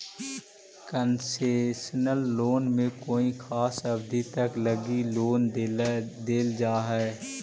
concessional loan में कोई खास अवधि तक लगी लोन देल जा हइ